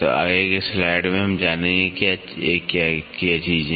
तो आगे की स्लाइड （slide） में हम जानेंगे कि क्या हैं ये चीजें